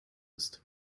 ist